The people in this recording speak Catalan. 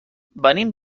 venim